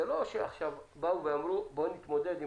זה לא שעכשיו באו ואמרו בואו נתמודד עם